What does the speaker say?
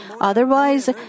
otherwise